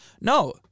No